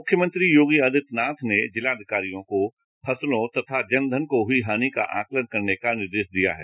मुख्यमंत्री योगी आदित्यनाथ ने जिलाधिकारियों को फसलों तथा जनधन को हुई हानि का आकलन करने का निर्देश दिया है